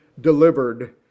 delivered